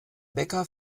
bäcker